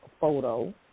photo